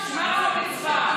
לא הבנתי את זה,